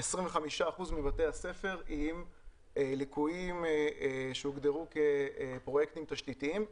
25 אחוזים מבתי הספר עם ליקויים שהוגדרו כפרויקטים תשתיתיים.